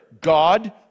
God